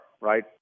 right